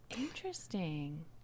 Interesting